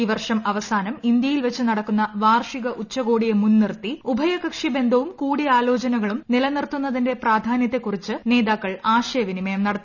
ഈ വർഷം അവസാനം ഇന്ത്യയിൽ വച്ചു നടക്കുന്ന വാർഷിക ഉച്ചകോടിയെ മുൻനിർത്തി ഉഭയകക്ഷി ബന്ധവും കൂടിയാലോചനകളും നിലനിർത്തുന്നതിന്റെ പ്രാധാന്യത്തെ കുറിച്ച് നേതാക്കൾ ആശയവിനിമയം നടത്തി